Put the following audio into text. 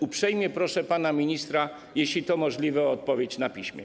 Uprzejmie proszę pana ministra, jeśli to możliwe, o odpowiedź na piśmie.